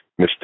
Mr